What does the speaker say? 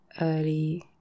early